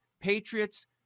Patriots